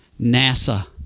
NASA